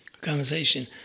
conversation